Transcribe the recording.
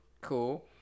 Cool